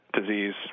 disease